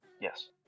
Yes